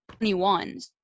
21